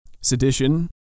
sedition